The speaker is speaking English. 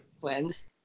Friends